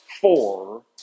four